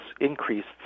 increased